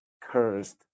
cursed